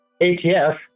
ATF